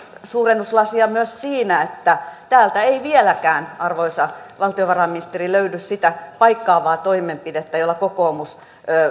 suurennuslasia myös siinä että täältä ei vieläkään arvoisa valtiovarainministeri löydy sitä paikkaavaa toimenpidettä jolla kokoomus